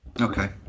Okay